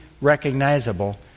recognizable